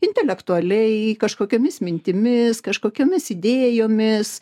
intelektualiai kažkokiomis mintimis kažkokiomis idėjomis